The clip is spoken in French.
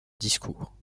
discours